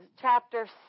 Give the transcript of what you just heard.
chapter